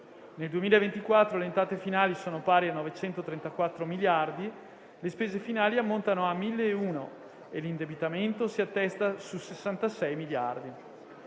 nel 2024 le entrate finali sono pari a 934 miliardi, le spese finali ammontano a 1.001 e l'indebitamento si attesta su 66 miliardi.